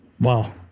Wow